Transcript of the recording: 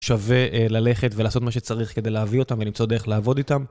שווה ללכת ולעשות מה שצריך כדי להביא אותם ולמצוא דרך לעבוד איתם.